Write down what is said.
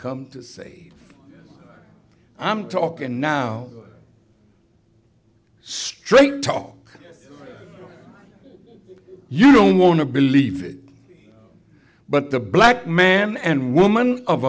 come to say i'm talking now straight talk you don't want to believe it but the black man and woman of